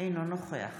אינו נוכח